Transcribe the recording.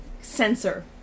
censor